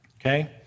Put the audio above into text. okay